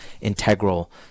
integral